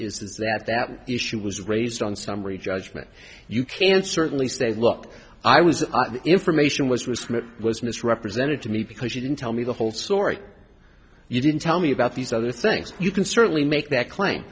is that that issue was raised on summary judgment you can certainly say look i was information was recent it was misrepresented to me because you didn't tell me the whole story you didn't tell me about these other things you can certainly make that claim